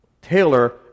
Taylor